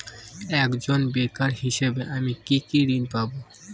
একজন বেকার হিসেবে আমি কি কি ঋণ পাব?